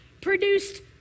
produced